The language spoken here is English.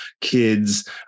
kids